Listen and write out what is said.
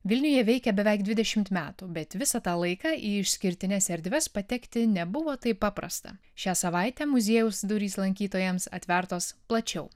vilniuje veikia beveik dvidešimt metų bet visą tą laiką į išskirtines erdves patekti nebuvo taip paprasta šią savaitę muziejaus durys lankytojams atvertos plačiau